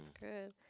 good